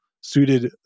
suited